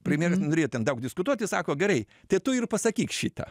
premjeras nenorėjo ten daug diskutuoti sako gerai te tu ir pasakyk šitą